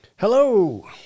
Hello